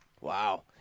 Wow